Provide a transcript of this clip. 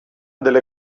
delle